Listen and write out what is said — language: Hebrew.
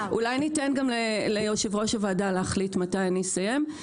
אולי ניתן גם ליושב-ראש הוועדה להחליט מתי אסיים.